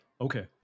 Okay